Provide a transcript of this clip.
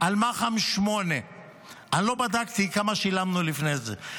על מח"מ 8. אני לא בדקתי כמה שילמנו לפני זה,